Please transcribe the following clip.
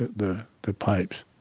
the the pipes,